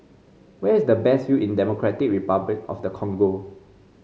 where is the best view in Democratic Republic of the Congo